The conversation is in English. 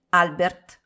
albert